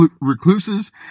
recluses